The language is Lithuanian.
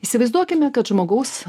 įsivaizduokime kad žmogaus